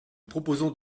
proposons